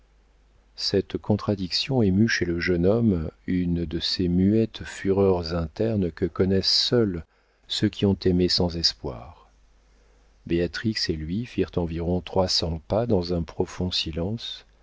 cette contradiction émut chez le jeune homme une de ces muettes fureurs internes que connaissent seuls ceux qui ont aimé sans espoir béatrix et lui firent environ trois cents pas dans un profond silence